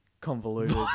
convoluted